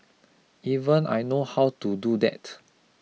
even I know how to do that